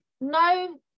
no